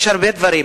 יש הרבה דברים.